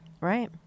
Right